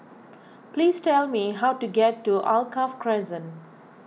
please tell me how to get to Alkaff Crescent